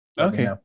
Okay